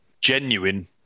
genuine